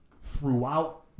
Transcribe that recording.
throughout